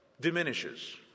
diminishes